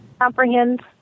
comprehend